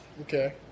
Okay